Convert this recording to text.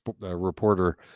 reporter